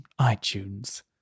iTunes